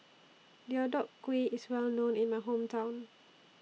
Deodeok Gui IS Well known in My Hometown